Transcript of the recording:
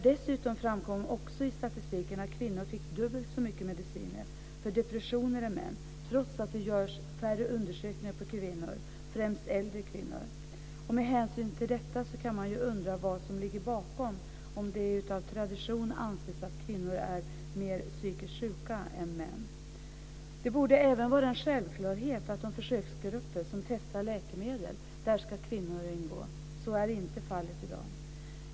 Dessutom framkom i statistiken att kvinnor fick dubbelt så mycket medicin för depression som män, trots att det görs färre undersökningar av kvinnor, främst äldre kvinnor. Med hänsyn till detta kan man undra vad som ligger bakom, om det av tradition anses att kvinnor är mer psykiskt sjuka än män. Det borde även vara en självklarhet att kvinnor ska ingå i de försöksgrupper som testar läkemedel. Så är inte fallet i dag.